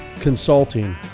Consulting